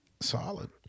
solid